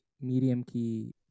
medium-key